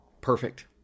perfect